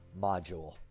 module